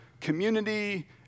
community